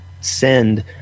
send